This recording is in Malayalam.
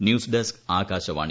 news desk Akashvani